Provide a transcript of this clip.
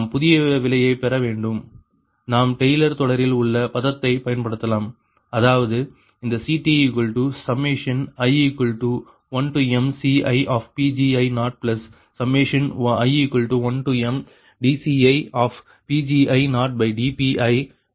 நாம் புதிய விலையை பெற வேண்டும் நாம் டெய்லர் தொடரில் உள்ள பதத்தை பயன்படுத்தலாம் அதாவது இந்த CTi1mCiPgi0i1mdCiPgi0dPgiPgi ஆகும்